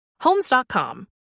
Homes.com